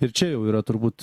ir čia jau yra turbūt